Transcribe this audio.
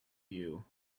you